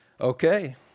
Okay